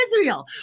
israel